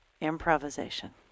improvisation